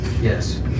Yes